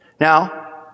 Now